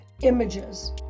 images